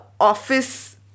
office